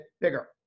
bigger